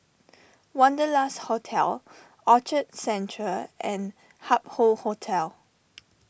Wanderlust Hotel Orchard Central and Hup Hoe Hotel